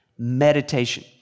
meditation